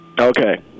Okay